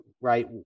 right